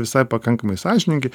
visai pakankamai sąžiningi